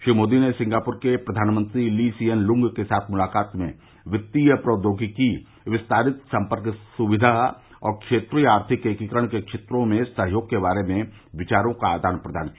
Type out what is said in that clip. श्री मोदी ने सिंगापुर के प्रघानमंत्री ली सिएन लुंग के साथ मुलाकात में वित्तीय प्रौद्योगिकी विस्तारित संपर्क सुविधा और क्षेत्रीय आर्थिक एकीकरण के क्षेत्रों में सहयोग के बारे में विचारों का आदान प्रदान किया